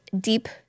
deep